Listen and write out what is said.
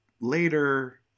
later